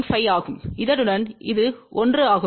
5 ஆகும் இதனுடன் இது 1 ஆகும்